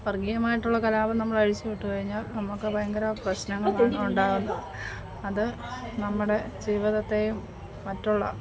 വർഗ്ഗീയമായിട്ടുള്ള കലാപം നമ്മളഴിച്ച് വിട്ടുകഴിഞ്ഞാൽ നമുക്ക് ഭയങ്കര പ്രശ്നങ്ങളുണ്ടാവും അത് നമ്മുടെ ജീവിതത്തേയും മറ്റുള്ള